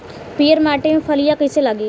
पीयर माटी में फलियां कइसे लागी?